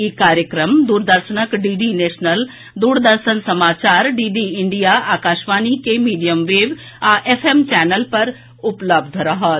ई कार्यक्रम दूरदर्शनक DD National Doordarshan समाचार डीडी इंडिया आकाशवाणी के मीडियम वेव आ एफएम चेनल पर उपलब्ध रहत